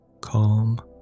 Calm